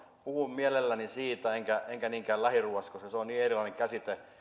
puhun mielelläni siitä enkä enkä niinkään lähiruuasta koska se on niin erilainen käsite